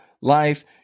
life